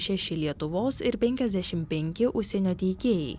šeši lietuvos ir penkiasdešim penki užsienio teikėjai